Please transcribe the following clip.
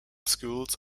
schools